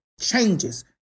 changes